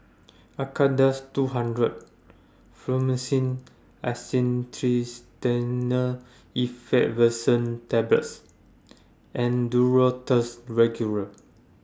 Acardust two hundred Fluimucil Acetylcysteine Effervescent Tablets and Duro Tuss Regular